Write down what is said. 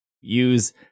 use